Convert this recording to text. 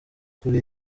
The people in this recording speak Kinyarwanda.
kuri